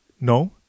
No